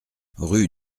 rue